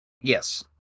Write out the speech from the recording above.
Yes